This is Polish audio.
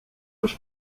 już